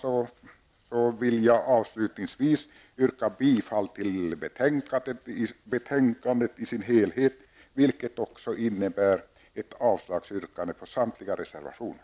Jag vill avslutningsvis yrka bifall till utskottets hemställan i dess helhet, vilket också innebär ett yrkande om avslag på samtliga reservationer.